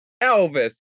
Elvis